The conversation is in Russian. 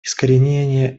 искоренения